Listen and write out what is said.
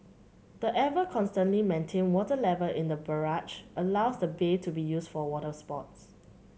the ever constantly maintained water level in the barrage allows the bay to be used for water sports